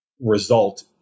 result